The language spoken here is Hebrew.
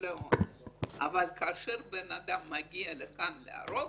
לעונש אבל כאשר בן אדם מגיע לכאן להרוג,